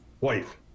wife